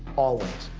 always.